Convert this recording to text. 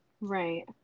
right